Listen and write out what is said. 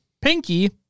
Pinky